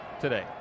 today